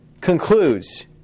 concludes